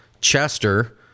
Chester